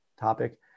topic